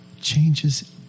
changes